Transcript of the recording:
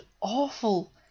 awful